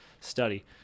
study